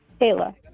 Kayla